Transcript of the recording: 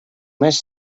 més